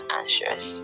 anxious